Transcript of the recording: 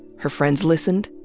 her friends listened,